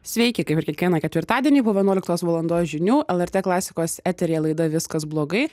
sveiki kaip ir kiekvieną ketvirtadienį po vienuoliktos valandos žinių lrt klasikos eteryje laida viskas blogai